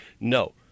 No